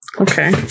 Okay